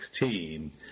2016